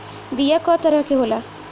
बीया कव तरह क होला?